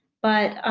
but